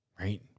right